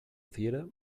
theater